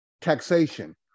taxation